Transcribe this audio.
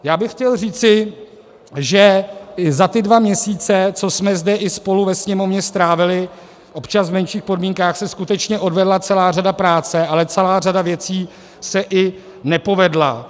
Já bych chtěl říci, že za ty dva měsíce, co jsme zde i spolu ve Sněmovně strávili, občas v menších podmínkách, se skutečně odvedla celá řada práce, ale celá řada věcí se i nepovedla.